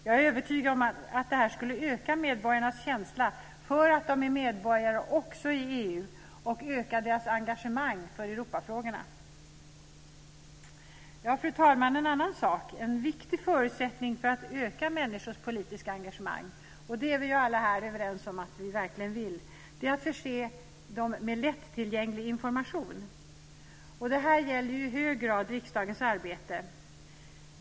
Jag är övertygad om att detta skulle öka medborgarnas känsla för att de är medborgare också i EU och öka deras engagemang i Europafrågorna. Fru talman! En annan sak och en viktig förutsättning för att öka människors politiska engagemang - och det är vi ju alla här överens om att vi verkligen vill - är att förse dem med lättillgänglig information. Det gäller i hög grad riksdagens arbete.